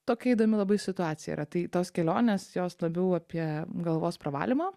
tokia įdomi labai situacija yra tai tos kelionės jos labiau apie galvos pravalymą